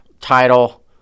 title